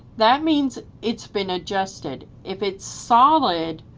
that means it's been adjusted. if it's solid,